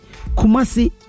Kumasi